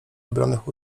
wybranych